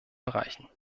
bereichen